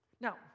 Now